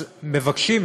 מבקשים,